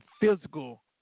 physical